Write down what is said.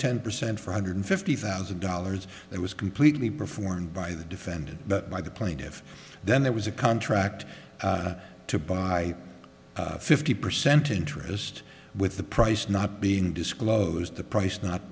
ten percent for hundred fifty thousand dollars that was completely performed by the defendant but by the plaintiff then there was a contract to buy fifty percent interest with the price not being disclosed the price not